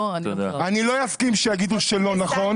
אני לא אסכים שיגידו שלא נכון,